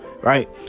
Right